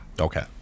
Okay